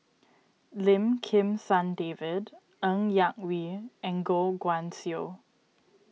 Lim Kim San David Ng Yak Whee and Goh Guan Siew